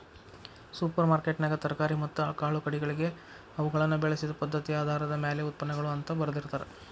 super ಮಾರ್ಕೆಟ್ನ್ಯಾಗ ತರಕಾರಿ ಮತ್ತ ಕಾಳುಕಡಿಗಳಿಗೆ ಅವುಗಳನ್ನ ಬೆಳಿಸಿದ ಪದ್ಧತಿಆಧಾರದ ಮ್ಯಾಲೆ ಉತ್ಪನ್ನಗಳು ಅಂತ ಬರ್ದಿರ್ತಾರ